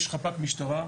יש חפ"ק משטרה,